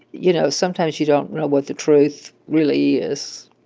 you know, sometimes you don't know what the truth really is.